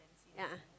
a'ah